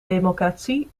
democratie